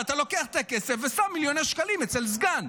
ואתה לוקח את הכסף ושם מיליוני שקלים אצל סגן.